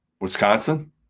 Wisconsin